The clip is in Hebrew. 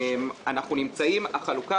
החלוקה,